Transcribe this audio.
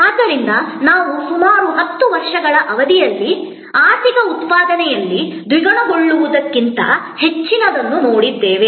ಆದ್ದರಿಂದ ನಾವು ಸುಮಾರು 10 ವರ್ಷಗಳ ಅವಧಿಯಲ್ಲಿ ಆರ್ಥಿಕ ಉತ್ಪಾದನೆಯಲ್ಲಿ ದ್ವಿಗುಣಗೊಳ್ಳುವುದಕ್ಕಿಂತ ಹೆಚ್ಚಿನದನ್ನು ನೋಡುತ್ತಿದ್ದೇವೆ